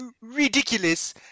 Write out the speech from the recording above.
ridiculous